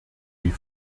wie